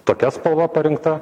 tokia spalva parinkta